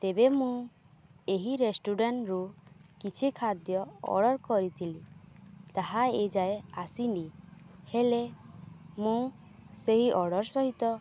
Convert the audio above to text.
ତେବେ ମୁଁ ଏହି ରେଷ୍ଟୁରାଣ୍ଟରୁୁ କିଛି ଖାଦ୍ୟ ଅର୍ଡ଼ର କରିଥିଲି ତାହା ଏଯାଏଁ ଆସିନି ହେଲେ ମୁଁ ସେହି ଅର୍ଡ଼ର ସହିତ